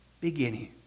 beginning